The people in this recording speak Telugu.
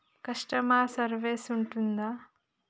కస్టమర్ సర్వీస్ ఉంటుందా?